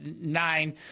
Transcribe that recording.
nine